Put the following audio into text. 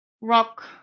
rock